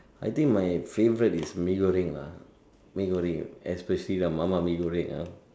I think my favourite is Mee-Goreng lah Mee-Goreng especially the mama Mee-Goreng ah